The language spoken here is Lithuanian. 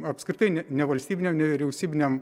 apskritai ne nevalstybiniam nevyriausybiniam